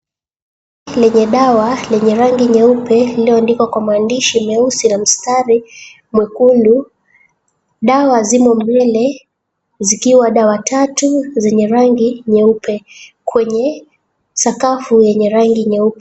Lenye dawa lenye rangi nyeupe lililoandikwa kwa maandishi meusi na mstari mwekundu. Dawa zimo mbele, zikiwa dawa tatu, zenye rangi nyeupe kwenye sakafu yenye rangi nyeupe.